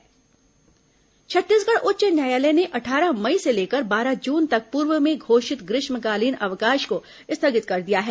high court अवकाश बदलाव छत्तीसगढ़ उच्च न्यायालय ने अट्ठारह मई से लेकर बारह जून तक पूर्व में घोषित ग्रीष्मकालीन अवकाश को स्थगित कर दिया है